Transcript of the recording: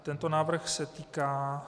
Tento návrh se týká...